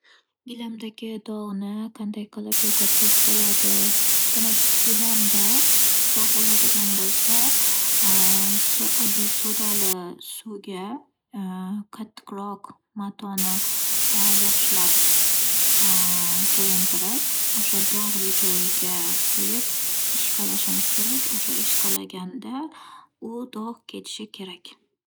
Gilamdagi dog'ni qanday qilib yo'qotsak bo'ladi? Demak gilamda dog' bo'ladigan bo'lsa, so- oddiy sodali suvga qattiqroq matoni yaxshilab to'yintirib, o'sha dog'li joyiga qo'yib ishqalashimiz kerak. O'sha ishqalaganda u dog' ketishi kerak.